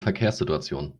verkehrssituation